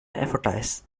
advertise